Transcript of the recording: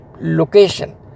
location